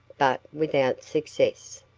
but without success.